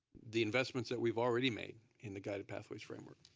the investments that we've already made in the guided pathways framework.